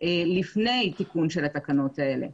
לפני תיקון של התקנות האלה.